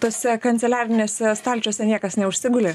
tose kanceliarinėse stalčiuose niekas neužsiguli